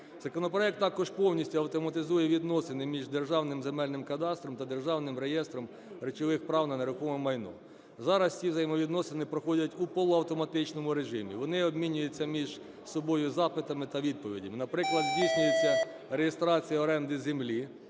Законопроект також повністю автоматизує відносини між Державним земельним кадастром та Державним реєстром речових прав на нерухоме майно. Зараз ці взаємовідносини проходять у полуавтоматичному режимі, вони обмінюються між собою запитами та відповідями. Наприклад, здійснюється реєстрація оренди землі,